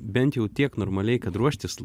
bent jau tiek normaliai kad ruoštis